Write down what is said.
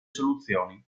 soluzioni